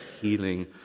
healing